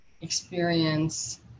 experience